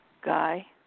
Guy